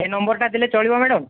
ଏ ନମ୍ବରଟା ଦେଲେ ଚଳିବ ମ୍ୟାଡ଼ାମ୍